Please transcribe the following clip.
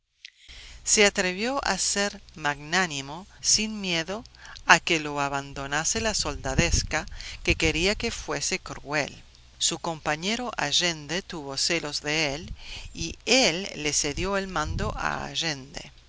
se atrevió a ser magnánimo sin miedo a que lo abandonase la soldadesca que quería que fuese cruel su compañero allende tuvo celos de él y él le cedió el mando a allende